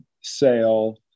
sale